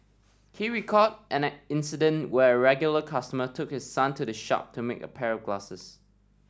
he recalled an incident when a regular customer took his son to the shop to make a pair of glasses